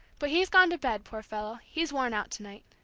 but he's gone to bed, poor fellow he's worn out to-night.